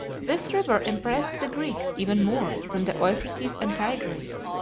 this river impressed the greeks even more than the euphrates and tigris,